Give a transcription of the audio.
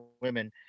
women